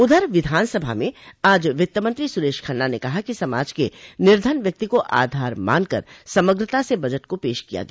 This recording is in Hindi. उधर विधानसभा में आज वित्त मंत्री सुरेश खन्ना ने कहा कि समाज के निर्धन व्यक्ति को आधार मानकर समग्रता स बजट को पेश किया गया